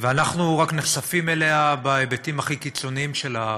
ואנחנו נחשפים אליה רק בהיבטים הכי קיצוניים שלה.